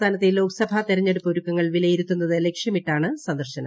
സംസ്ഥാനത്തെ ലോക്സഭാ തെരഞ്ഞെടുപ്പ് ഒരുക്കങ്ങൾ വിലയിരുത്തുന്നത് ലക്ഷ്യമിട്ടാണ് സന്ദർശനം